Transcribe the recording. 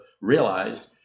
realized